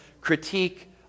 critique